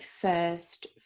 first